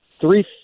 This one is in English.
three